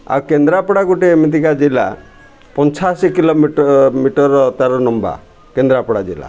ଆଉ କେନ୍ଦ୍ରାପଡ଼ା ଗୋଟେ ଏମିତିକା ଜିଲ୍ଲା ପଞ୍ଚାଅଶୀ କିଲୋମିଟର ମିଟର ତା'ର ଲମ୍ବା କେନ୍ଦ୍ରାପଡ଼ା ଜିଲ୍ଲା